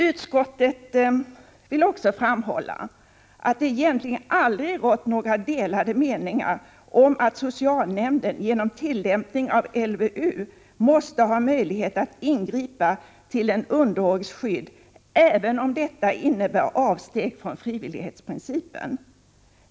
Utskottet vill också framhålla att det egentligen aldrig har rått några delade meningar om att socialnämnden genom tillämpning av LVU måste ha möjlighet att ingripa till en underårigs skydd, även om detta innebär avsteg från frivillighetsprincipen.